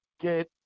get